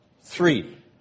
Three